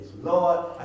Lord